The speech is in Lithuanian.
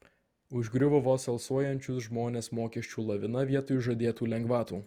užgriuvo vos alsuojančius žmones mokesčių lavina vietoj žadėtų lengvatų